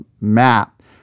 map